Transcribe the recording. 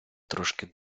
трошки